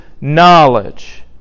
knowledge